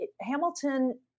Hamilton